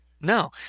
No